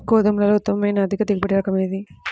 గోధుమలలో ఉత్తమమైన అధిక దిగుబడి రకం ఏది?